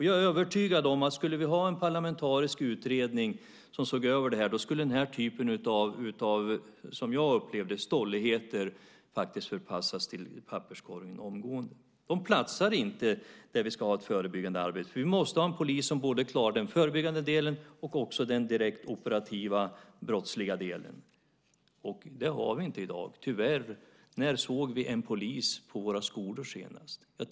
Jag är övertygad om att om vi skulle ha en parlamentarisk utredning som såg över det här skulle den typen av, som jag upplever det, stolligheter faktiskt förpassas till papperskorgen omgående. De platsar inte där vi ska ha ett förebyggande arbete. Vi måste ha en polis som både klarar den förebyggande delen och den direkt operativa, brottsliga delen. Det har vi inte i dag, tyvärr. När såg vi en polis på våra skolor senast?